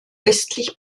östlich